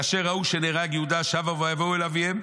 כאשר ראו שנהרג יהודה, שבו ויבואו אל אביהם,